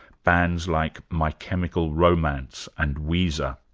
bands like my chemical romance and weezer.